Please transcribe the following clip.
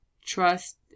trust